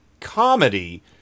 comedy